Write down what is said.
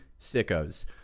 sickos